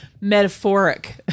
metaphoric